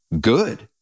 good